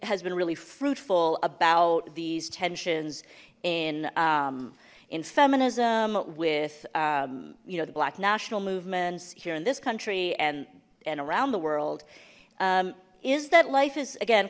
has been really fruitful about these tensions in in feminism with you know the black national movements here in this country and and around the world is that life is again